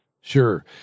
Sure